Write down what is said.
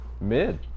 Mid